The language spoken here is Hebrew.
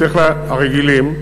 רגילים,